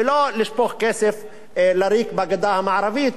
ולא לשפוך כסף לריק בגדה המערבית,